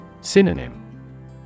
Synonym